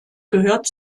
gehört